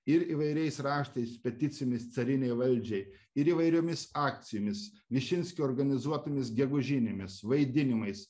ir įvairiais raštais peticijomis carinei valdžiai ir įvairiomis akcijomis višinskio organizuotomis gegužinėmis vaidinimais